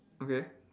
okay